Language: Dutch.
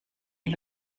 een